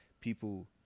people